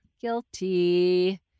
guilty